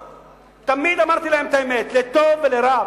תמיד אמרתי להם את האמת, לטוב ולרע.